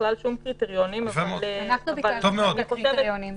בכלל שום קריטריונים --- אנחנו ביקשנו שיהיו קריטריונים.